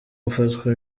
gufatwa